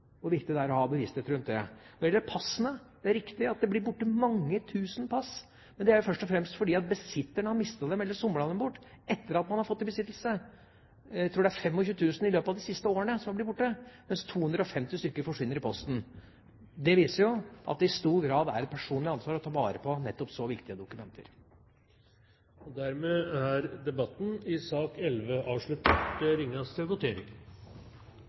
hvor viktig det er å ha bevissthet rundt det. Når det gjelder passene, er det riktig at det blir borte mange tusen pass. Men det er jo først og fremst fordi besitteren har mistet dem eller somlet dem bort etter at man har fått passet i besittelse. Jeg tror det er 25 000 som i løpet av de siste årene har blitt borte, mens det er 250 stykker som forsvinner i posten. Det viser jo at det i stor grad er et personlig ansvar å ta vare på nettopp så viktige dokumenter. Dermed er debatten i sak nr. 11 avsluttet. Vi er klare til å gå til votering.